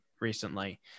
recently